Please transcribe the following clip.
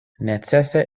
necese